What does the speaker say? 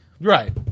Right